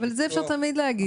זה אפשר תמיד להגיד.